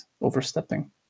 overstepping